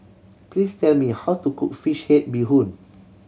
please tell me how to cook fish head bee hoon